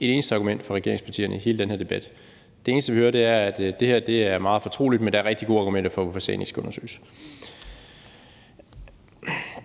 et eneste argument fra regeringspartierne i hele den her debat. Det eneste, vi hører, er, at det her er meget fortroligt, men at der er rigtig gode argumenter for, hvorfor sagen ikke skal undersøges.